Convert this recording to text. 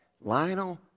Lionel